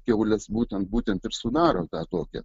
kiaulės būtent būtent ir sudaro tą tokią